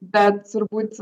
bet turbūt